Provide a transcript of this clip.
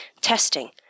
testing